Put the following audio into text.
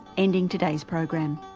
ending today's program.